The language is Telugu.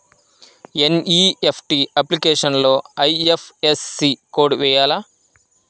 ఎన్.ఈ.ఎఫ్.టీ అప్లికేషన్లో ఐ.ఎఫ్.ఎస్.సి కోడ్ వేయాలా?